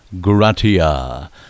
gratia